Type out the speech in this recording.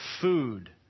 food